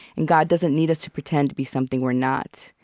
and god doesn't need us to pretend to be something we're not.